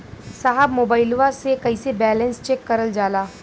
साहब मोबइलवा से कईसे बैलेंस चेक करल जाला?